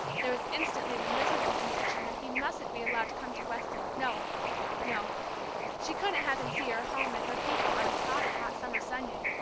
there was instantly the miserable conviction that he mustn't be allowed to come to weston, no no she couldn't have him see her home and her people on a crowded hot summer sunday,